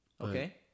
Okay